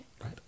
right